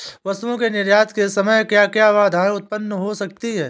वस्तुओं के निर्यात के समय क्या क्या बाधाएं उत्पन्न हो सकती हैं?